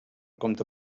compte